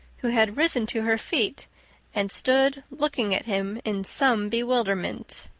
who had risen to her feet and stood looking at him in some bewilderment.